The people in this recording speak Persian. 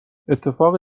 اتفاق